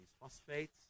phosphates